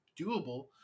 doable